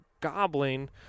gobbling